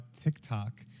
TikTok